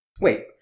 Wait